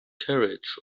carriage